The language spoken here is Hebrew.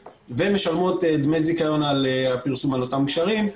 ומשלמות דמי זיכיון על פרסום על אותם גשרים,